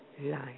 life